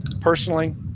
personally